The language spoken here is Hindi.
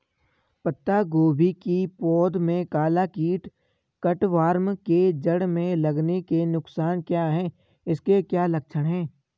पत्ता गोभी की पौध में काला कीट कट वार्म के जड़ में लगने के नुकसान क्या हैं इसके क्या लक्षण हैं?